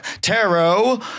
Tarot